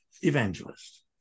evangelist